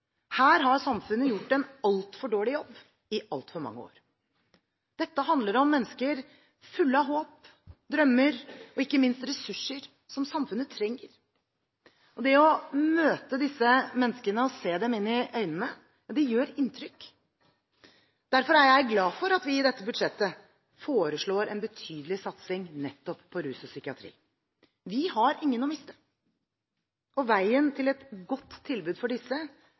Her har samfunnet gjort en altfor dårlig jobb i altfor mange år. Dette handler om mennesker fulle av håp, drømmer og ikke minst ressurser som samfunnet trenger. Det å møte disse menneskene og se dem inn i øynene, gjør inntrykk. Derfor er jeg glad for at vi i dette budsjettet foreslår en betydelig satsing på nettopp rus og psykiatri. Vi har ingen å miste, og veien til et godt nok tilbud for disse